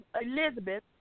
Elizabeth